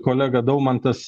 kolega daumantas